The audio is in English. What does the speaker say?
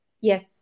Yes